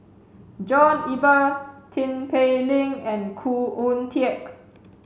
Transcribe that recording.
John Eber Tin Pei Ling and Khoo Oon Teik